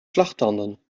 slagtanden